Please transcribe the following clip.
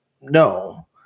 No